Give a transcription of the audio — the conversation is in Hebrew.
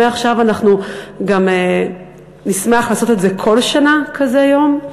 מעכשיו אנחנו נשמח לעשות את זה כל שנה, כזה יום.